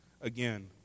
again